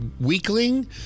weakling